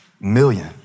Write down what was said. Million